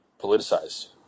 politicized